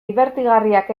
dibertigarriak